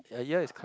a year is